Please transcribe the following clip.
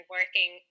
working